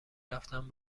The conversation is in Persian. رفتن